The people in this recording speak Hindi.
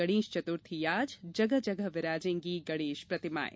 गणेश चतुर्थी आज जगह जगह विराजेंगी गणेश प्रतिमाएं